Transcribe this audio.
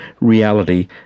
reality